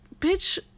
bitch